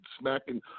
smacking